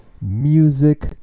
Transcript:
music